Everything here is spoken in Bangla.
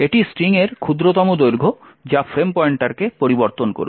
এটি স্ট্রিংয়ের ক্ষুদ্রতম দৈর্ঘ্য যা ফ্রেম পয়েন্টারকে পরিবর্তন করবে